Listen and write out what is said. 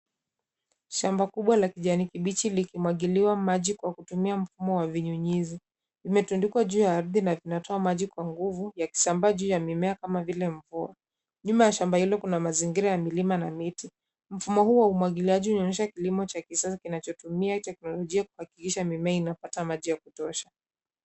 Shamba kubwa la kijani kibichi likimwagiliwa maji kwa kutumia muwa wa vinyunyizi, umetundikwa juu ya ardhi na vinatoa maji kwa nguvu yakisambaa juu ya mimea kama vile mvua. Nyuma ya shamba hilo kuna mazingira ya milima na miti, mfumo huu wa umwagiliaji unaonyesha kilimo cha kisasa kinachotumia teknolojia kuhakikisha mimea inapata maji ya kutosha.